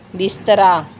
ਬਿਸਤਰਾ